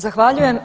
Zahvaljujem.